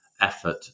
effort